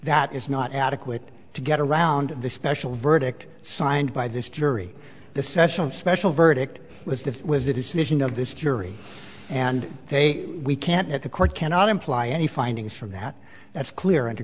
that is not adequate to get around the special verdict signed by this jury the session special verdict was the was a decision of this jury and we can't at the court cannot imply any findings from that that's clear